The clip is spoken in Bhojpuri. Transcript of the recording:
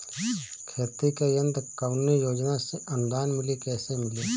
खेती के यंत्र कवने योजना से अनुदान मिली कैसे मिली?